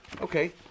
Okay